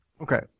Okay